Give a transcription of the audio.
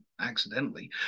accidentally